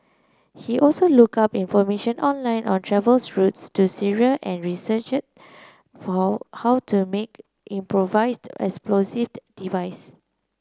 he also look up information online on travels routes to Syria and researched for how to make improvised explosive device